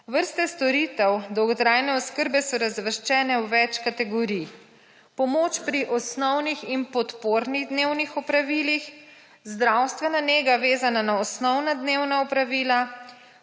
Vrste storitev dolgotrajne oskrbe so razvrščene v več kategorij: pomoč pri osnovnih in podpornih dnevnih opravilih, zdravstvena nega vezana na osnovna dnevna opravila,